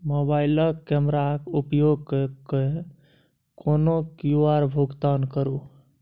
मोबाइलक कैमराक उपयोग कय कए कोनो क्यु.आर भुगतान करू